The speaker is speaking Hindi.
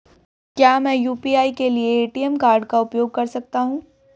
क्या मैं यू.पी.आई के लिए ए.टी.एम कार्ड का उपयोग कर सकता हूँ?